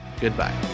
goodbye